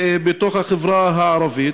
בחברה הערבית?